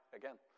again